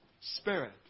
spirit